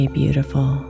beautiful